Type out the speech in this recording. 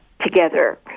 together